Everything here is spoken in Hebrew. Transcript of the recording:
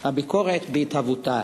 הביקורת בהתהוותה,